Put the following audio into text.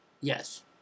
Yes